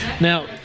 Now